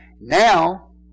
Now